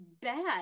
bad